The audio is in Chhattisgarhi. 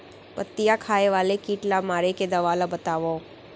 पत्तियां खाए वाले किट ला मारे के दवा ला बतावव?